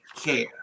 care